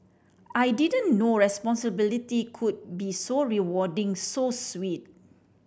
I didn't know responsibility could be so rewarding so sweet